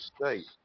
state